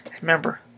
Remember